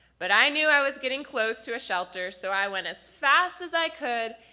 but i knew i was getting close to a shelter, so i went as fast as i could.